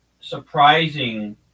surprising